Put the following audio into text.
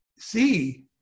See